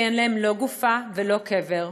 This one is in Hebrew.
כי אין להם לא גופה ולא קבר".